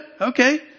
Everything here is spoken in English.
Okay